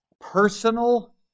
personal